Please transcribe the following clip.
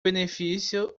benefício